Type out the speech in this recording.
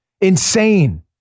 Insane